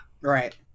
right